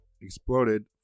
exploded